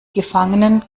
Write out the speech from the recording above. gefangenen